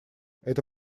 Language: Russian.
эта